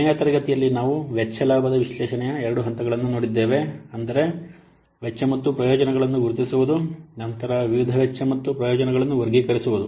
ಕೊನೆಯ ತರಗತಿಯಲ್ಲಿ ನಾವು ವೆಚ್ಚ ಲಾಭದ ವಿಶ್ಲೇಷಣೆಯ ಎರಡು ಹಂತಗಳನ್ನು ನೋಡಿದ್ದೇವೆ ಅಂದರೆ ವೆಚ್ಚ ಮತ್ತು ಪ್ರಯೋಜನಗಳನ್ನು ಗುರುತಿಸುವುದು ನಂತರ ವಿವಿಧ ವೆಚ್ಚ ಮತ್ತು ಪ್ರಯೋಜನಗಳನ್ನು ವರ್ಗೀಕರಿಸುವುದು